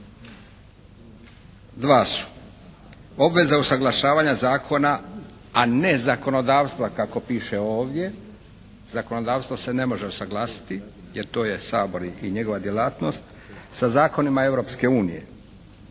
Dva su. Obveza usaglašavanja zakona, a ne zakonodavstva kako piše ovdje, zakonodavstvo se ne može usaglasiti jer to je Sabor i njegova djelatnost sa zakonima Europske unije.